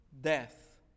death